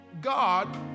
God